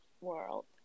world